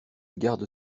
garde